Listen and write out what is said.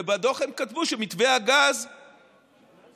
ובדוח הם כתבו שמתווה הגז מעולה,